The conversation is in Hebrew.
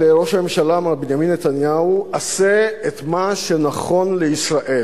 לראש הממשלה מר בנימין נתניהו: עשה את מה שנכון לישראל.